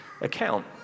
account